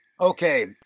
Okay